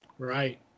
Right